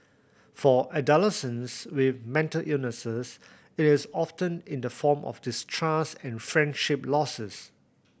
for adolescents with mental illness it is often in the form of distrust and friendship losses